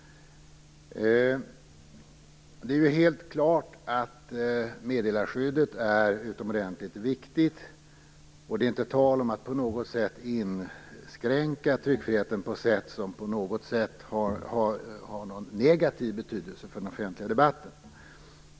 Det är helt klart att meddelarskyddet är utomordentligt viktigt. Det är inte tal om att på något sätt inskränka tryckfriheten så att det får negativ betydelse för den offentliga debatten.